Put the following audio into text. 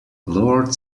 lord